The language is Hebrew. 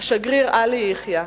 השגריר עלי יחיא,